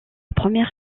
première